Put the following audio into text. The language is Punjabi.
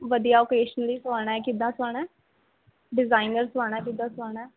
ਵਧੀਆ ਓਕੇਸ਼ਨਲੀ ਸੁਆਣਾ ਏ ਕਿੱਦਾਂ ਸੁਆਣਾ ਏ ਡਿਜ਼ਾਈਨਰ ਸੁਆਣਾ ਏ ਕਿੱਦਾਂ ਸੁਆਣਾ ਏ